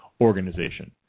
organization